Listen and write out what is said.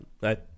right